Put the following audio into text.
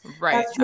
right